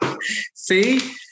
See